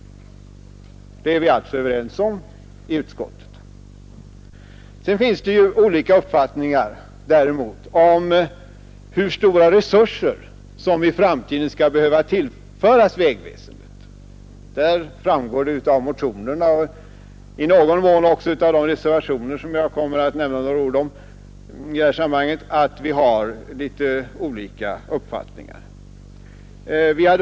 Det är vi alltså överens om i utskottet. Däremot finns det olika uppfattningar om hur stora resurser som i framtiden skall behöva tillföras vägväsendet. Det framgår av motionerna och i någon mån av de reservationer som jag kommer att säga några ord om i det här sammanhanget.